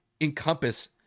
encompass